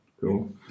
Cool